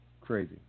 Crazy